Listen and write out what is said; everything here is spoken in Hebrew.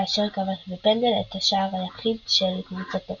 כאשר כבש בפנדל את השער היחיד של קבוצתו.